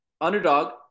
Underdog